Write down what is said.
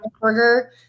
burger